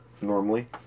normally